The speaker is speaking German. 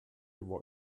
war